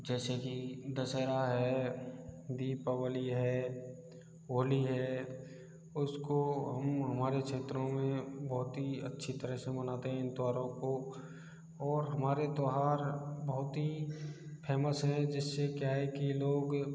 जैसे कि दशहरा है दीपावली है होली है उसको हम हमारे क्षेत्रों में बहुत ही अच्छी तरह से मनाते हैं इन त्यौहारों को और हमारे त्यौहार बहुत ही फेमस हैं जिस से क्या है कि लोग